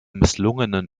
misslungenen